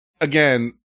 Again